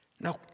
No